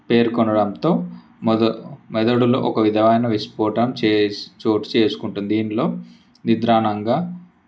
పేర్కొనడంతో మేద మెదడులో ఒక విధమైన విస్ఫోటనం చేసు చోటు చేసుకుంటుంది దీనిలో నిద్రానంగా